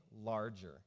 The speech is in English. larger